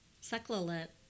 succulent